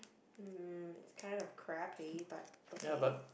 mm it's kind of crappy but okay